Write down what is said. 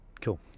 cool